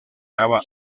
lava